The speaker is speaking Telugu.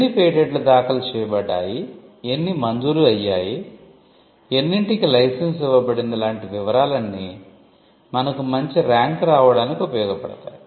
ఎన్ని పేటెంట్లు దాఖలుచేయబడ్డాయి ఎన్ని మంజూరు అయ్యాయి ఎన్నింటికి లైసెన్స్ ఇవ్వబడింది లాంటి వివరాలన్నీ మనకు మంచి రాంక్ రావడానికి ఉపయోగపడతాయి